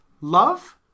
love